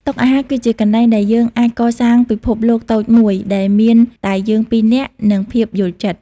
តុអាហារគឺជាកន្លែងដែលយើងអាចកសាងពិភពលោកតូចមួយ ដែលមានតែយើងពីរនាក់ និងភាពយល់ចិត្ត។